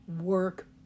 work